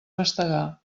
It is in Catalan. mastegar